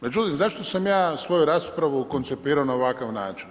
Međutim, zašto sam ja svoju raspravu koncipirao na ovakav način?